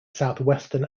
southwestern